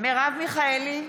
מרב מיכאלי,